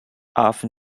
often